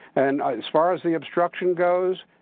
and as far as the obstruction goes,